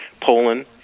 Poland